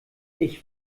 ich